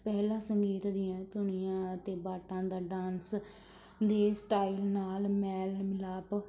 ਪਹਿਲਾ ਸੰਗੀਤ ਦੀਆਂ ਧੁਨੀਆਂ ਅਤੇ ਬਾਟਾਂ ਦਾ ਡਾਂਸ ਦੇ ਸਟਾਈਲ ਨਾਲ ਮੇਲ ਮਿਲਾਪ